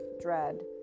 dread